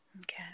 Okay